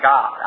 God